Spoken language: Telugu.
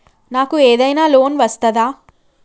నాకు ఏదైనా లోన్ వస్తదా?